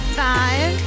five